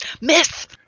Miss